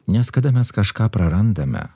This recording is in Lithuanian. nes kada mes kažką prarandame